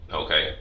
okay